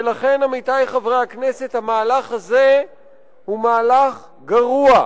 ולכן, עמיתי חברי הכנסת, המהלך הזה הוא מהלך גרוע,